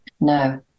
no